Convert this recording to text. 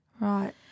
Right